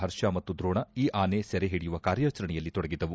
ಹರ್ಷಾ ಮತ್ತು ದ್ರೋಣ ಈ ಆನೆ ಸೆರೆ ಹಿಡಿಯುವ ಕಾರ್ಯಾಚರಣೆಯಲ್ಲಿ ತೊಡಗಿದ್ದವು